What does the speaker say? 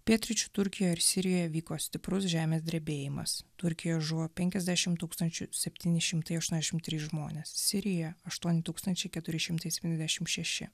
pietryčių turkijoje ir sirijoje vyko stiprus žemės drebėjimas turkijoje žuvo penkiasdešim tūkstančių septyni šimtai aštuoniasdešim trys žmonės sirijoje aštuoni tūkstančiai keturi šimtai septyniasdešim šeši